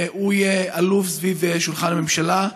והוא יהיה אלוף סביב שולחן הממשלה.